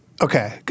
Okay